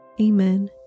Amen